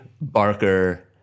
Barker